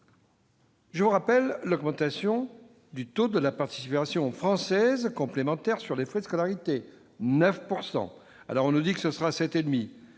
Je vous rappelle l'augmentation du taux de la participation française complémentaire sur les frais de scolarité, à 9 %. On nous dit que ce sera 7,5 %.